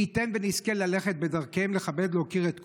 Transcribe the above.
מי ייתן שנזכה ללכת בדרכיהם ולכבד ולהוקיר את כולם.